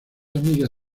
amiga